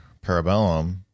parabellum